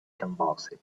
convulsively